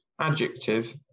adjective